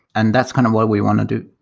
and that's kind of what we want to do.